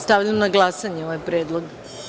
Stavljam na glasanje ovaj predlog.